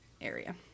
area